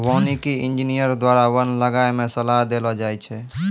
वानिकी इंजीनियर द्वारा वन लगाय मे सलाह देलो जाय छै